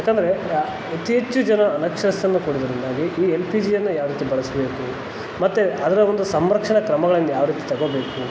ಯಾಕಂದರೆ ಹೆಚ್ಚು ಹೆಚ್ಚು ಜನ ಅನಕ್ಷರಸ್ತರನ್ನ ಕೊಡೋದ್ರಿಂದಾಗಿ ಈ ಎಲ್ ಪಿ ಜಿಯನ್ನು ಯಾವರೀತಿ ಬಳಸಬೇಕು ಮತ್ತು ಅದರ ಒಂದು ಸಂರಕ್ಷಣಾ ಕ್ರಮಗಳನ್ನ ಯಾವರೀತಿ ತಗೊಬೇಕು